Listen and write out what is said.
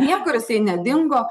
niekur nedingo